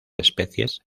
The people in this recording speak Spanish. especies